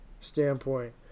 standpoint